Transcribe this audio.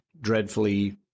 dreadfully